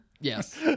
Yes